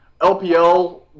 LPL